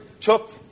took